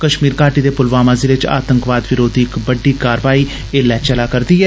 कश्मीर घाटी दे पुलवामा जिले च आतंकवाद विरोधी इक बड्डी कारवाई चलै करदी ऐ